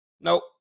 Nope